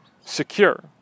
secure